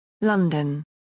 London